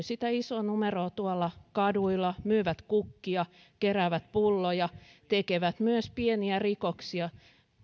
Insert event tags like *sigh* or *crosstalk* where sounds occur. *unintelligible* sitä isoa numeroa tuolla kaduilla myyvät kukkia keräävät pulloja tekevät myös pieniä rikoksia